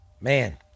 Man